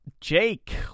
Jake